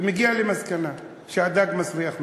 ומגיע למסקנה שהדג מסריח מהראש.